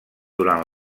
durant